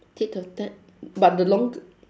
tit or tat but the longe~